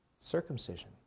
circumcision